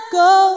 go